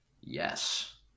Yes